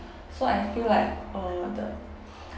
so I feel like uh the